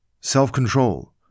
self-control